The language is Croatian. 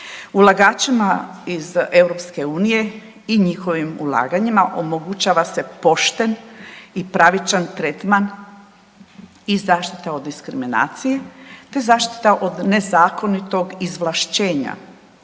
Ulagačima iz EU i njihovim ulaganjima omogućava se pošten i pravičan tretman i zaštita od diskriminacije, te zaštita od nezakonitog izvlašćenja.